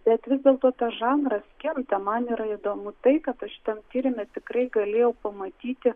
bet vis dėlto tas žanras kinta man yra įdomu tai kad aš šitam tyrime tikrai galėjau pamatyti